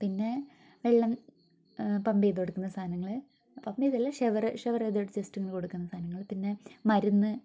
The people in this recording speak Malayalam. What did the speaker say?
പിന്നെ വെള്ളം പമ്പ് ചെയ്തു കൊടുക്കുന്ന സാധനങ്ങള് പമ്പ് ചെയ്തല്ല ഷെവറ് ഷെവറ് അത് പോലത്തെ സിസ്റ്റങ്ങൾ കൊടുക്കുന്ന സാധനങ്ങള് പിന്നെ മരുന്ന്